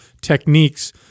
techniques